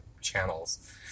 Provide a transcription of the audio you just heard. channels